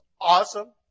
awesome